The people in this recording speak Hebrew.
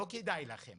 לא כדאי לכם